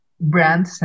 brand